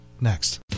next